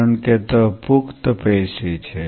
કારણ કે તે પુખ્ત પેશી છે